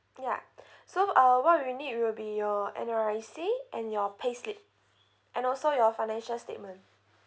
ya so uh what we need will be your N_R_I_C and your pay slip and also your financial statement